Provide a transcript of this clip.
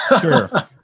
sure